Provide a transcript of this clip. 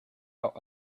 out